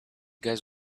guys